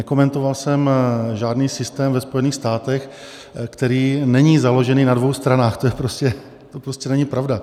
Nekomentoval jsem žádný systém ve Spojených státech, který není založený na dvou stranách, to prostě není pravda.